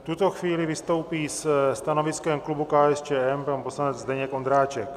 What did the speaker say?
V tuto chvíli vystoupí se stanoviskem klubu KSČM pan poslanec Zdeněk Ondráček.